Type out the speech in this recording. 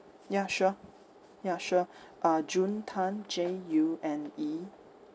ya sure ya sure uh june tan J U N E